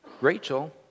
Rachel